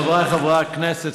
חבריי חברי הכנסת,